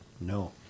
No